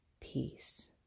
peace